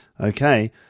Okay